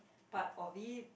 part of it